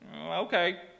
okay